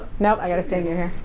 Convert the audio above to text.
no, i gotta stay near here.